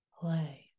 play